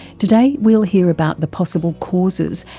today we'll hear about the possible causes,